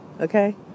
Okay